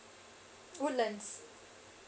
woodlands